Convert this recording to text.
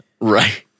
Right